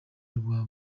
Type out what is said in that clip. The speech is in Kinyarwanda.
rwa